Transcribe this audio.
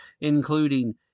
including